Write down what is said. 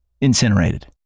incinerated